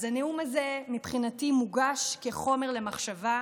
אז הנאום הזה, מבחינתי, מוגש כחומר למחשבה,